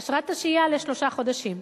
אשרת השהייה היא לשלושה חודשים.